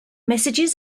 messages